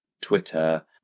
Twitter